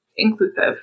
inclusive